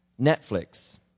Netflix